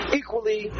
equally